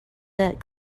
that